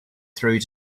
through